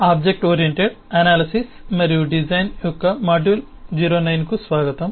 object oriented analysis మరియు design యొక్క module 09 కు స్వాగతం